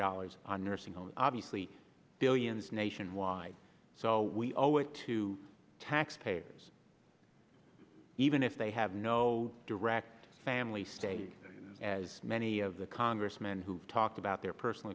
dollars on nursing home obviously billions nationwide so we owe it to taxpayers even if they have no direct family say as many of the congressmen who talked about their personal